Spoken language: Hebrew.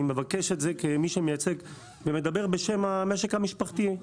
אני מבקש את זה כמי שמייצג ומדבר בשם המשק המשפחתי,